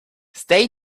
stay